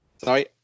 sorry